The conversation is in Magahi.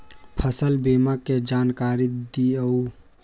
फसल बीमा के जानकारी दिअऊ?